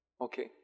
Okay